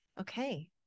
Okay